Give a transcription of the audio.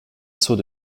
seaux